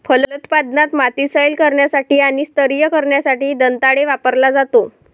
फलोत्पादनात, माती सैल करण्यासाठी आणि स्तरीय करण्यासाठी दंताळे वापरला जातो